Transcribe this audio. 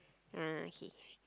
ah okay